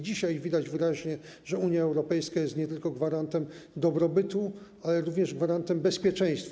Dzisiaj widać wyraźnie, że Unia Europejska jest nie tylko gwarantem dobrobytu, ale również gwarantem bezpieczeństwa.